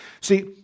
See